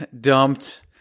dumped